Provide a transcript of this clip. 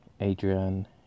Adrian